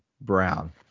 Brown